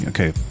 Okay